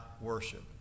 worship